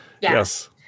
yes